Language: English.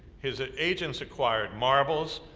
his ah agents acquired marbles,